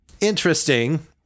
interesting